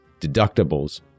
deductibles